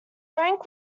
rank